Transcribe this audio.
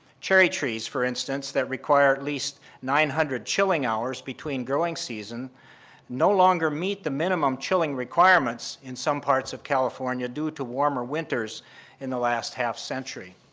cherry trees, for instance, that require at least nine hundred chilling hours between growing seasons no longer meet the minimum chilling requirements in some parts of california due to warmer winters in the last half century.